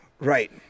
Right